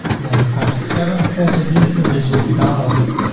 and then five, six, seven also these images will be downloaded,